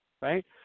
Right